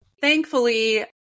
thankfully